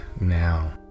now